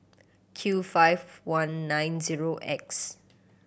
Q five I nine zero X